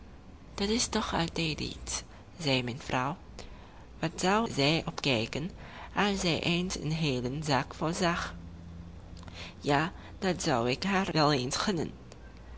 dat is toch altijd iets zei mijn vrouw wat zou zij opkijken als zij eens een heelen zak vol zag ja dat zou ik haar wel eens